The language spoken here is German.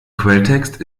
quelltext